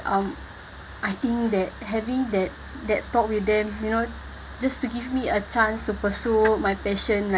um I think that having that that talk with them you know just to give me a chance to pursue my passion